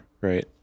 right